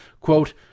Quote